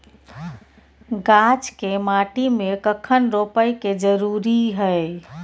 गाछ के माटी में कखन रोपय के जरुरी हय?